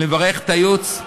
ביטן.